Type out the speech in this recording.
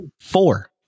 Four